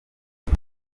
ati